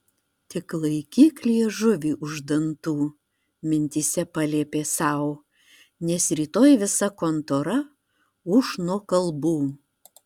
tik laikyk liežuvį už dantų mintyse paliepė sau nes rytoj visa kontora ūš nuo kalbų